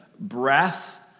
breath